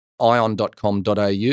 ion.com.au